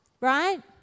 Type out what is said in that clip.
right